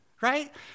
right